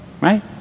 right